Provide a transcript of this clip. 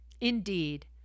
indeed